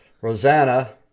Rosanna